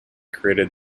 created